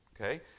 okay